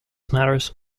matters